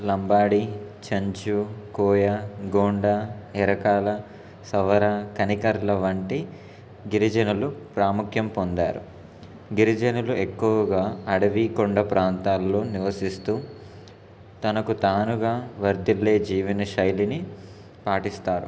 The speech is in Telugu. లంబాడి చెంచు కోయ గోండ ఎరకాల సవర కనికరల వంటి గిరిజనులు ప్రాముఖ్యం పొందారు గిరిజనులు ఎక్కువగా అడవి కొండ ప్రాంతాల్లో నివసిస్తూ తనకు తానుగా వర్దిల్లే జీవన శైలిని పాటిస్తారు